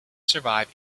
survive